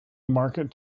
market